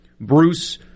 Bruce